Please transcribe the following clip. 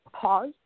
pause